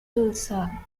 tulsa